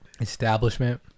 establishment